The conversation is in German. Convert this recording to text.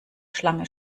schlange